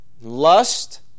lust